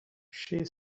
she